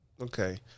Okay